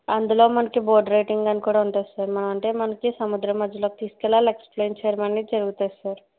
అందులో మనకి boat riding అని కూడా ఉంటుంది సార్ మా అంటే మనకి సముద్రం మధ్యలో తీసుకెళ్లి వాళ్ళు ఎక్స్ప్లెయిన్ చెయ్యడం అనేది జరుగుతుంది సార్